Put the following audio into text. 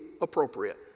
appropriate